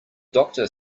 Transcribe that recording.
doctor